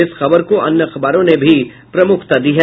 इस खबर को अन्य अखबारों ने भी प्रमुखता दी है